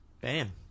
Bam